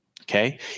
Okay